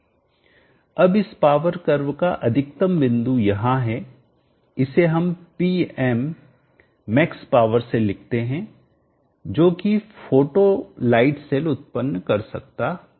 अब इस power curve का अधिकतम बिंदु यहां है इसे हम Pm मैक्स पावर से लिखते हैं जोकि फोटो लाइटसेल उत्पन्न कर सकता है